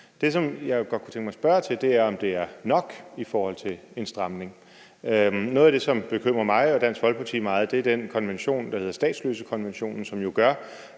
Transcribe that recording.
jeg jo godt kunne tænke mig at spørge til, er, om det er nok i forhold til en stramning. Noget af det, som bekymrer mig og Dansk Folkeparti meget, er den konvention, der hedder statsløsekonventionen, som jo gør,